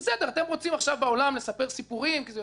אתם רוצים בעולם לספר סיפורים כי זה יותר נוח